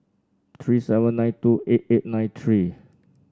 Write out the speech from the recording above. three seven nine two eight eight nine three